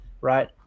Right